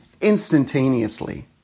instantaneously